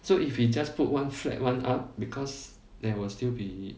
so if you just put one flat one up because there will still be